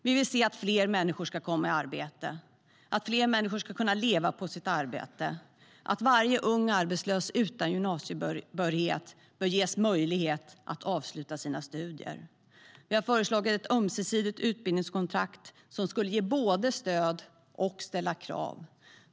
Vi vill att fler människor ska komma i arbete och kunna leva på sitt arbete och att varje ung arbetslös utan gymnasiebehörighet ska ges möjlighet att avsluta sina studier. Vi föreslog ett ömsesidigt utbildningskontrakt som skulle ge både stöd och ställa krav.